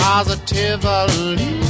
Positively